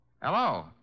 Hello